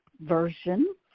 version